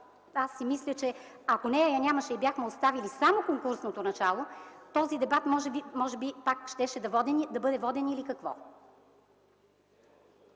Мисля, че ако нея я нямаше и бяхме оставили само конкурсното начало, този дебат може би пак щеше да бъде воден или какво?